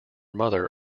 mother